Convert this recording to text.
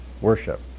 worship